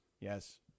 yes